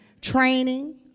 training